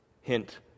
Hint